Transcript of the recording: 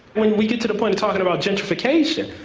when we get to the point of talking about gentrification,